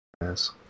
Yes